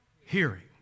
hearing